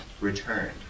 returned